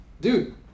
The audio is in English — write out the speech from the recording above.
dude